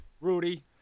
Rudy